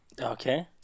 Okay